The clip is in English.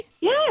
Yes